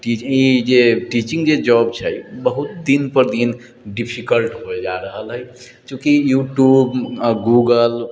ई जे टीचिङ्ग जे जॉब छै बहुत दिन पर दिन डिफिकल्ट होइत जा रहल हइ चूँकि यूट्यूब गूगल